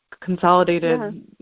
consolidated